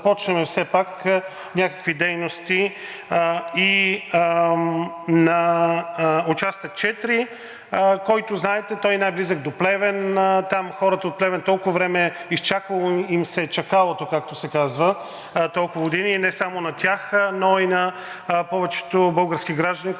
започнем все пак някакви дейности и на участък 4, който знаете, е най-близък до Плевен. На хората в Плевен им се е изчакало чакалото, както се казва, толкова години и не само на тях, но и на повечето български граждани,